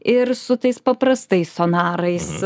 ir su tais paprastais sonarais